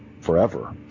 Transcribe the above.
forever